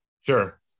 Sure